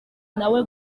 nawe